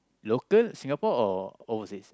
local Singapore or overseas